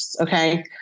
Okay